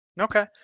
Okay